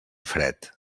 fred